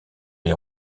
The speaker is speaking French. les